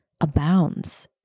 abounds